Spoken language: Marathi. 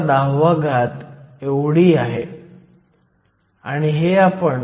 55 आहे म्हणजे ही उंची काहीही नसून 0